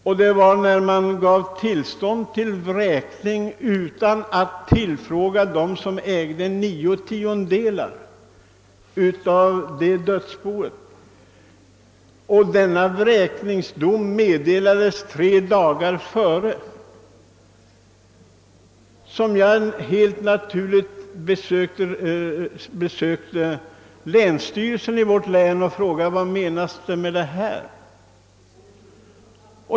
När man sedan gav tillstånd till vräkning utan att tillfråga dem som ägde nio tiondelar av detta dödsbo och denna vräkningsdom meddelades endast tre dagar före verkställandet, besökte jag helt naturligt länsstyrelsen i vårt län för att fråga vad man menade.